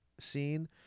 scene